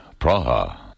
Praha